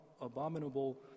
abominable